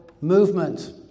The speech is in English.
movement